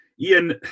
Ian